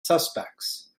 suspects